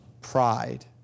pride